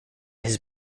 his